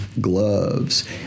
gloves